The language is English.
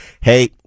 hey